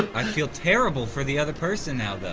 i feel terrible for the other person now though.